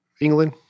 England